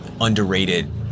underrated